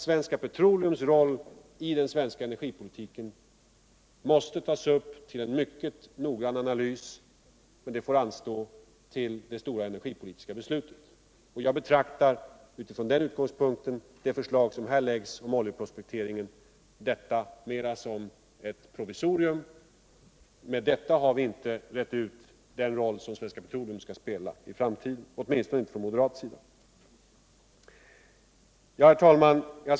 Svenska Petroleums politik över huvud taget i energifrågan måste tas upp till mycket noggrann analys, men det får anstå tills det stora energipolitiska beslutet fattats. Utifrån den utgångspunkten betraktar jag det förslag som här läggs om oljeprospektering mera som ett provisorium. Med detta har vi inte rett ut den roll som Svenska Petroleum skall spela i framtiden, åtminstone inte från moderat sida. Herr talman!